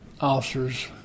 officers